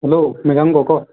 hello Mriganka ক'